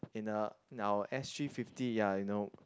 in a in our s_g fifty ya you know